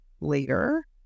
later